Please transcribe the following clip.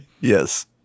Yes